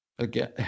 Again